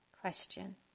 question